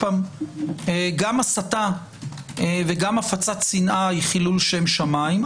גם הסתה וגם הפצת שנאה היא חילול שם שמיים,